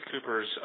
Cooper's